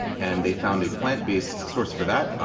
and they found a plant-based source for that,